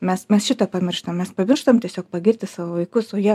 mes mes šitą pamirštam mes pamirštam tiesiog pagirti savo vaikus o jie